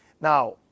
now